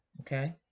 Okay